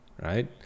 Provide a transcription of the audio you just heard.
Right